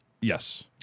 Yes